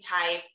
type